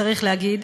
צריך להגיד,